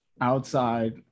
outside